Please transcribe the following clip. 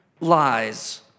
lies